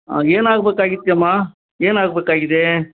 ಏನು ಆಗ್ಬೇಕಾಗಿತ್ತು ಅಮ್ಮಾ ಏನು ಆಗ್ಬೇಕಾಗಿದೆ